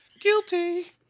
Guilty